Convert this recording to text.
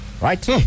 Right